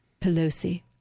Pelosi